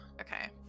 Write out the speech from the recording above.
okay